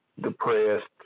depressed